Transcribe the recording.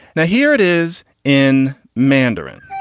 now, here it is in mandarin.